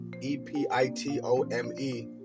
E-P-I-T-O-M-E